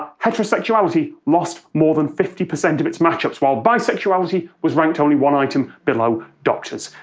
heterosexuality lost more than fifty percent of its match-ups, while bisexuality was ranked only one item below doctors.